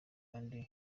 kandi